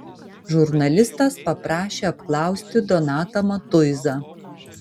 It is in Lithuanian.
žurnalistas paprašė apklausti donatą matuizą